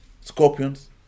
Scorpions